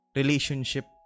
relationship